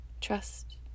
Trust